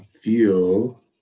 feel